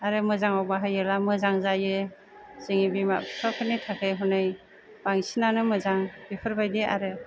आरो मोजाङाव बाहायोला मोजां जायो जोंनि बिमा बिफाफोरनि थाखोय हनै बांसिनानो मोजां बेफोरबायदि आरो